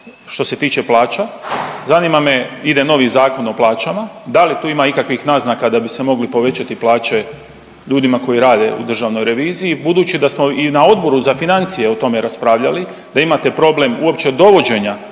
što se tiče plaća, zanima me, ide novi Zakon o plaćama, da li tu ima ikakvih naznaka da bi se mogli povećati plaće ljudima koji rade u državnoj reviziji budući da smo i na Odboru za financije o tome raspravljali, da imate problem uopće dovođenja